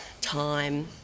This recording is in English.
Time